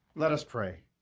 let us pray.